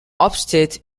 upstate